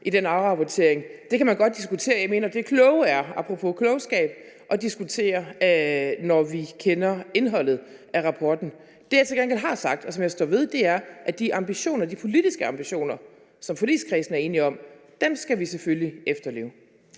gange, tror jeg. Det kan man godt diskutere. Men apropos klogskab mener jeg, at det kloge er at diskutere det, når vi kender indholdet af rapporten. Det, jeg til gengæld har sagt, og som jeg står ved, er, at de politiske ambitioner, som forligskredsen er enige om, skal vi selvfølgelig efterleve.